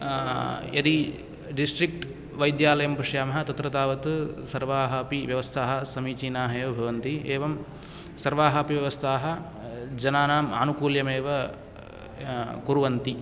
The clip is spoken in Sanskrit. यदि डिस्ट्रिक्ट् वैद्यालयं पश्यामः तत्र तावत् सर्वाः अपि व्यवस्थाः समीचीनाः एव भवन्ति एवं सर्वाः अपि व्यवस्थाः जनानाम् आनुकूल्यम् एव कुर्वन्ति